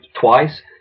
twice